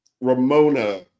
Ramona